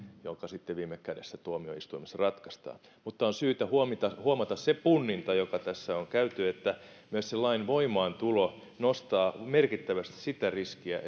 joka sitten viime kädessä tuomioistuimessa ratkaistaan mutta on syytä huomata se punninta joka tässä on käyty että myös lain voimaantulo nostaa merkittävästi sitä riskiä